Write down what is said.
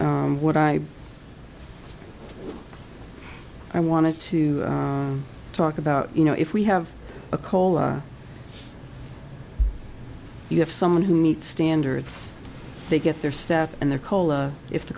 process what i i wanted to talk about you know if we have a cold you have someone who needs standards they get their staff and their cola if the